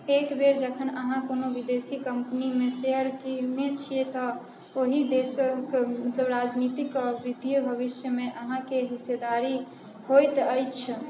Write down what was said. एकबेर जखन अहाँ कोनो विदेशी कम्पनीमे शेयर किनै छिए तऽ ओहि देशके राजनीतिक आओर वित्तीय भविष्यमे अहाँके हिस्सेदारी होइत अछि